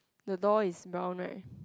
the door is brown right